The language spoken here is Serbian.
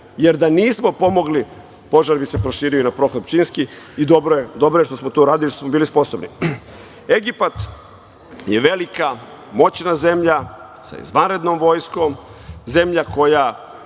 jer da nismo pomogli, požar bi se proširio i na Prohor Pčinjski. Dobro je što smo to uradili i što smo bili sposobni. Egipat je velika, moćna zemlja, sa izvanrednom vojskom, zemlja koja